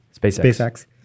SpaceX